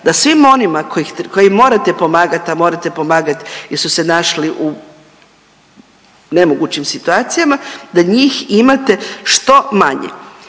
da svima onima koji morate pomagat, a morate pomagat jel su se našli u nemogućim situacijama, da njih imate što manje?